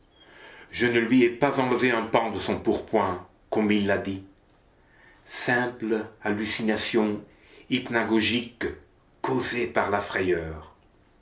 je ne lui ai pas enlevé un pan de son pourpoint comme il l'a dit simple hallucination hypnagogique causée par la frayeur